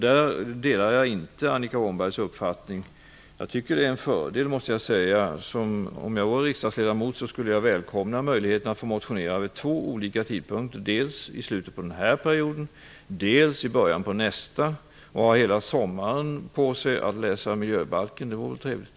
Jag delar inte Annika Åhnbergs uppfattning om detta. Jag tycker att det är en fördel. Om jag vore riksdagsledamot skulle jag välkomna möjligheten att få motionera vid två olika tidpunkter, dels i slutet på den här perioden, dels i början på nästa. Då har man hela sommaren på sig att läsa miljöbalken. Det vore väl trevligt.